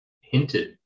hinted